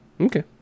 Okay